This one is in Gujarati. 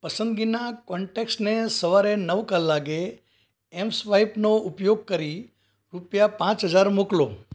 પસંદગીના કૉન્ટૅક્ટ્સને સવારે નવ કલાકે ઍમ સ્વાઈપનો ઉપયોગ કરી રૂપિયા પાંચ હજાર મોકલો